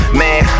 man